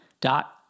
dot